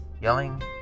yelling